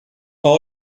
all